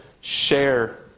share